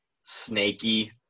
snaky